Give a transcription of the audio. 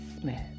Smith